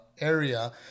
area